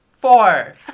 Four